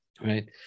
right